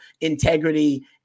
integrity